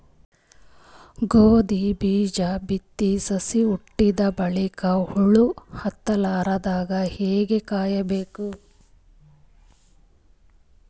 ಗೋಧಿ ಬೀಜ ಬಿತ್ತಿ ಸಸಿ ಹುಟ್ಟಿದ ಬಲಿಕ ಹುಳ ಹತ್ತಲಾರದಂಗ ಹೇಂಗ ಕಾಯಬೇಕು?